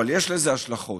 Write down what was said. אבל יש לזה השלכות.